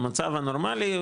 המצב הנורמלי,